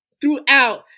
throughout